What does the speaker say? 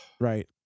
Right